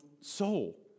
soul